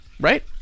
right